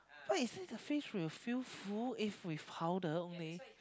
eh since the fish will feel full if with powder only